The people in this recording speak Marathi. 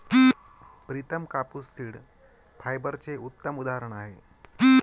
प्रितम कापूस सीड फायबरचे उत्तम उदाहरण आहे